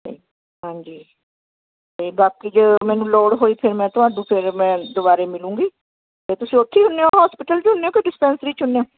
ਅਤੇ ਹਾਂਜੀ ਤਾਂ ਬਾਕੀ ਜੋ ਮੈਨੂੰ ਲੋੜ ਹੋਈ ਫਿਰ ਮੈਂ ਤੁਹਾਨੂੰ ਫਿਰ ਮੈਂ ਦੁਬਾਰੇ ਮਿਲੂੰਗੀ ਤਾਂ ਤੁਸੀਂ ਉੱਥੇ ਹੁੰਦੇ ਹੋ ਹੋਸਪੀਟਲ 'ਚ ਹੁੰਦੇ ਹੋ ਕੋਈ ਡਿਸਪੈਂਸਰੀ 'ਚ ਹੁੰਦੇ ਹੋ